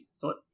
thought